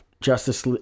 Justice